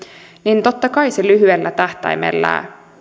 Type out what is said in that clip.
niin totta kai se lyhyellä tähtäimellä